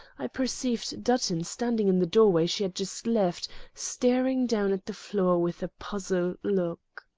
i perceived dutton standing in the doorway she had just left, staring down at the floor with a puzzled look.